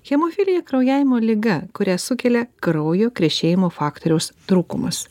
hemofilija kraujavimo liga kurią sukelia kraujo krešėjimo faktoriaus trūkumas